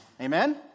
Amen